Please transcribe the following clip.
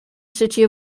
city